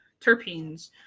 terpenes